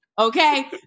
okay